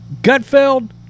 Gutfeld